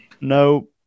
No